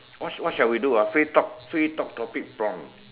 what's what's shall we do ah free talk free talk topic prompt